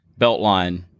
Beltline